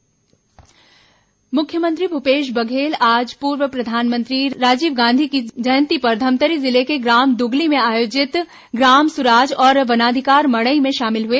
मुख्यमंत्री द्गली मुख्यमंत्री भूपेश बघेल आज पूर्व प्रधानमंत्री स्वर्गीय राजीव गांधी की जयंती पर धमतरी जिले के ग्राम दुगली में आयोजित ग्राम सुराज और वनाधिकार मड़ई में शामिल हुए